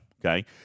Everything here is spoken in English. Okay